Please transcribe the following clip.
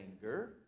anger